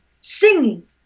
singing